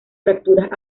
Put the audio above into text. fracturas